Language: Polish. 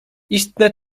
istne